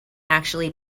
actually